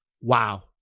Wow